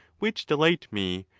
which delight me,